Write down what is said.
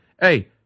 hey